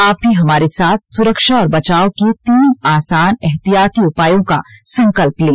आप भी हमारे साथ सुरक्षा और बचाव के तीन आसान एहतियाती उपायों का संकल्प लें